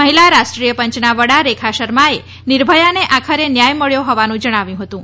મહિલા રાષ્ટ્રીય પંચના વડા રેખા શર્માએ નિર્ભયાને આખરે ન્યાય મળ્યો હોવાનું જણાવ્યું હતુ